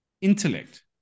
intellect